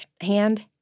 hand